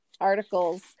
articles